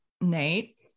Nate